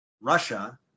Russia